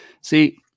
see